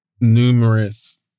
numerous